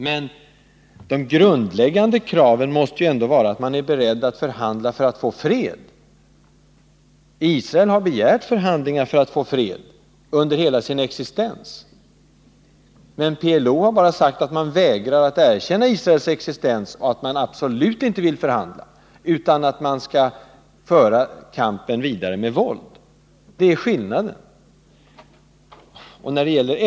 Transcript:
Men det grundläggande kravet måste ändå vara att man är beredd att förhandla för att få fred. Israel har begärt förhandlingar för att få fred under hela sin existens. PLO har bara sagt att man vägrar att erkänna Israels existens och att man absolut inte vill förhandla utan skall föra kampen vidare med våld. Det är skillnaden.